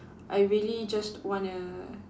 I really just wanna